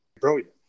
brilliant